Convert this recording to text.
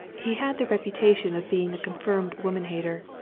he had the reputation of being a confirmed woman-hater,